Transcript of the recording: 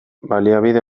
baliabide